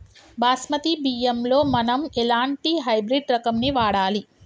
బాస్మతి బియ్యంలో మనం ఎలాంటి హైబ్రిడ్ రకం ని వాడాలి?